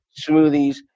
smoothies